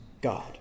God